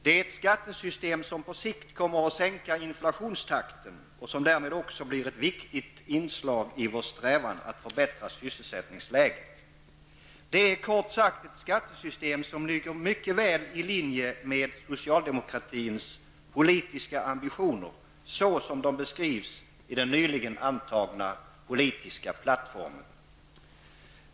Det är ett skattesystem som på sikt kommer att sänka inflationstakten och som därmed också blir ett viktigt inslag i vår strävan att förbättra sysselsättningsläget. Det är kort sagt ett skattesystem som ligger väl i linje med socialdemokratins politiska ambitioner såsom de beskrivs i den nyligen antagna politiska plattformen.